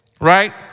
right